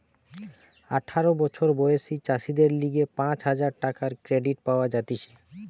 আঠারো বছর বয়সী চাষীদের লিগে পাঁচ হাজার টাকার ক্রেডিট পাওয়া যাতিছে